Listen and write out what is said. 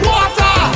Water